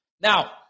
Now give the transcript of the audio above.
Now